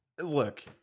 look